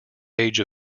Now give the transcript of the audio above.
age